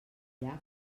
llac